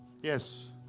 Yes